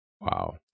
Wow